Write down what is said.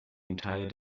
entire